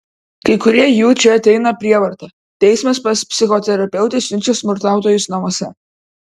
kai kurie jų čia ateina prievarta teismas pas psichoterapeutę siunčia smurtautojus namuose